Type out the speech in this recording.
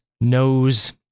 knows